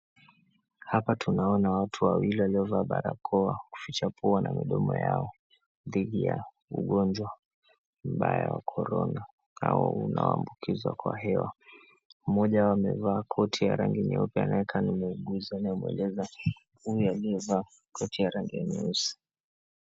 Hapa tunaona watu wawili waliovaa barakoa kuficha pua na midomo yao dhidi ya ugonjwa mbaya wa Corona ambao unaambukizwa kwa hewa. Mmoja amevaa koti ya rangi nyeupe anayekaa ni muuguzi anayemueleza huyu aliyevaa koti ya rangi ya nyeusi.